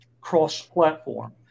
cross-platform